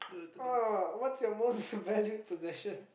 uh what's your most valued possession